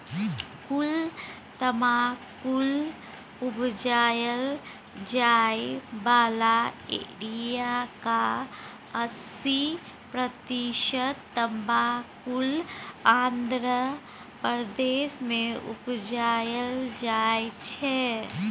कुल तमाकुल उपजाएल जाइ बला एरियाक अस्सी प्रतिशत तमाकुल आंध्र प्रदेश मे उपजाएल जाइ छै